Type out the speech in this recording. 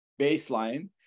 baseline